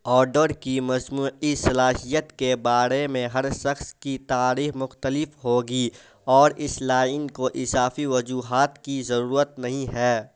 order کی مجموعی صلاحیت کے بارے میں ہر شخص کی تعریف مختلف ہوگی اور اس لائن کو اضافی وجوہات کی ضرورت نہیں ہے